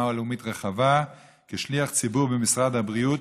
לאומית רחבה כשליח ציבור במשרד הבריאות,